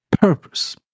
purpose